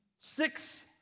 six